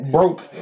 Broke